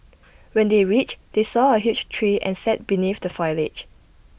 when they reached they saw A huge tree and sat beneath the foliage